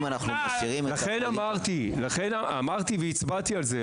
לכן אמרתי והצבעתי על זה,